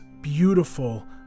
beautiful